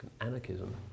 anarchism